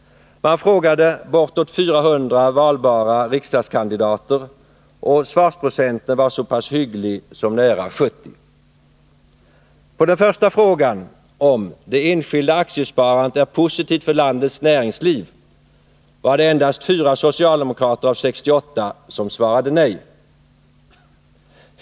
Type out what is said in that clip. Man frågade bortåt 400 valbara riksdagskandidater, och svarsprocenten var så pass hygglig som nära 70. På den första frågan, om ”det enskilda aktiesparandet är positivt för landets näringsliv”, var det endast 4 socialdemokrater av 68 som svarade nej.